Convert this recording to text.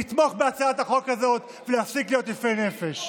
לתמוך בהצעת החוק הזאת ולהפסיק להיות יפי נפש.